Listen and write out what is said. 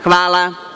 Hvala.